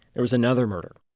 there was another murder